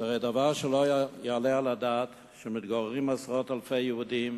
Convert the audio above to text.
זה הרי דבר שלא יעלה על הדבר שמתגוררים עשרות אלפי יהודים